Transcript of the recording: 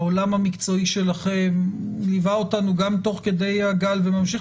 העולם המקצועי שלכם ליווה אותנו גם תוך כדי הגל וממשיך